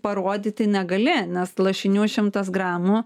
parodyti negali nes lašinių šimtas gramų